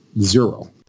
zero